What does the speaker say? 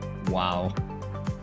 Wow